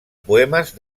poemes